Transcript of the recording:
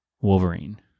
Wolverine